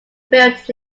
built